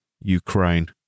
Ukraine